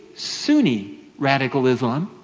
sunni radical islam,